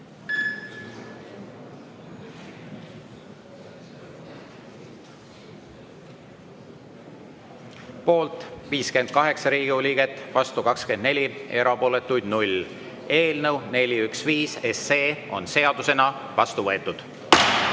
Poolt 58 Riigikogu liiget, vastu 24, erapooletuid 0. Eelnõu 415 on seadusena vastu võetud.